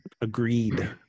Agreed